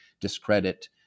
discredit